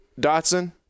Dotson